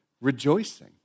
Rejoicing